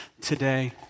today